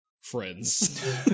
friends